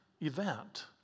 event